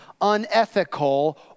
unethical